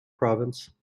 province